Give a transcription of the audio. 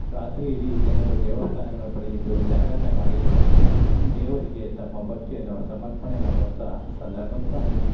ರಾತ್ರಿ ಇಡೀ ಜನರು ದೇವಸ್ಥಾನಗಳ ಬಳಿ ಇದ್ದು ಜಾಗರಣೆ ಮಾಡಿ ದೇವರಿಗೆ ತಮ್ಮ ಭಕ್ತಿಯನ್ನು ಸಮರ್ಪಣೆ ಮಾಡುವಂತಹ ಸಂದರ್ಭ ಕೂಡ ಆಗಿದೆ